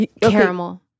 Caramel